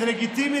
זה לגיטימי